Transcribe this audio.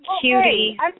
cutie